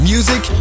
Music